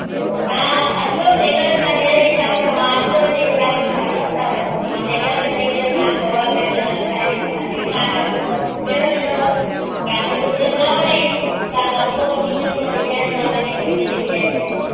ॾिसो तव्हां अचो टेलर सां जेड़े हिसाब सां मां अॼुकल्ह जे हिसाब सां हलनि था पिया उहो त मां टेलर खे चई करे तव्हांखे ओड़ा पैटन रखाए ॾींदमि अॼु ई माल लथो अथव सुबियल बि अथव तव्हांखे सुबियल न वणे तव्हां कपिड़ो वठी करे उहा डिजाइन तव्हां पंहिंजे कपिड़े ते विझाए सघो था